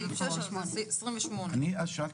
סעיף 28. אני אז שאלתי,